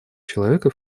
человека